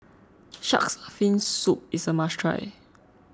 Shark's Fin Soup is a must try